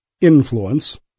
influence